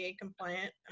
compliant